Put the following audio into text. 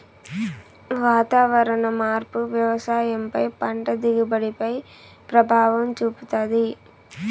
వాతావరణ మార్పు వ్యవసాయం పై పంట దిగుబడి పై ప్రభావం చూపుతాది